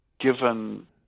given